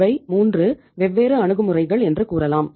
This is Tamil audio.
இவை 3 வெவ்வேறு அணுகுமுறைகள் என்று கூறலாம்